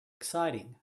exciting